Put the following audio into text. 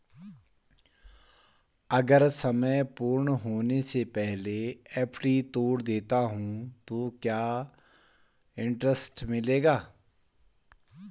अगर समय पूर्ण होने से पहले एफ.डी तोड़ देता हूँ तो क्या इंट्रेस्ट मिलेगा?